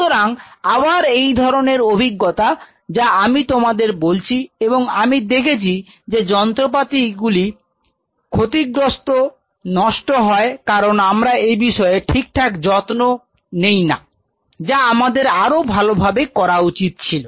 সুতরাং আবার এই ধরনের অভিজ্ঞতা যা আমি তোমাদের বলছি এবং আমি দেখেছি যে যন্ত্রপাতি গুলি ক্ষতিগ্রস্তনষ্ট হয় কারণ আমরা এ বিষয়ে ঠিকঠাক যত্ন নেই না যা আমাদের আরও ভালোভাবে করা উচিত ছিল